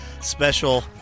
special